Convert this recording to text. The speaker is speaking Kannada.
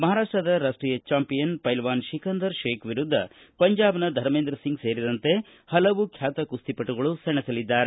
ಮಹಾರಾ ್ವದ ರಾಷ್ಟೀಯ ಚಾಂಪಿಯನ್ ಪೈಲ್ವಾನ್ ಶಿಖಂಧರ ಶೇಖ್ ವಿರುದ್ಧ ಪಂಜಾಬ್ನ ಧಮೇಂದ್ರ ಸಿಂಗ್ ಸೇರಿದಂತೆ ಹಲವು ಖ್ಯಾತ ಕುಸ್ತಿಪಟುಗಳು ಸೆಣೆಸಲಿದ್ದಾರೆ